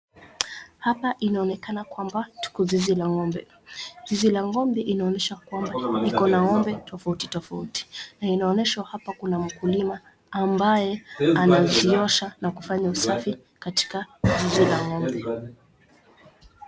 Hapa inaonekana kwamba tuko zizi la ng'ombe. Zizi la ng'ombe inaonyesha kwamba ikona ng'ombe tofauti tofauti na inaonyeshwa hapa kuna mkulima ambaye anaziosha na kufanya usafi katika zizi la ng'ombe.